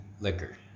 liquor